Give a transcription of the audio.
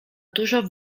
dużo